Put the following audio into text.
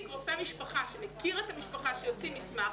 רופא משפחה שמכיר את המשפחה והוא יוציא מסמך,